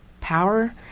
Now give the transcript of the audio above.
power